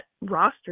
roster